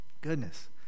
Goodness